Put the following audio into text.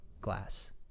glass